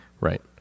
Right